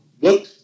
look